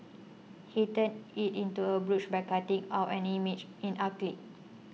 he turned it into a brooch by cutting out an image in acrylic